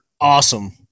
Awesome